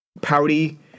pouty